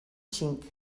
cinc